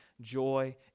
Joy